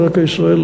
ישראל,